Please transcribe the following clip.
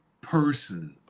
person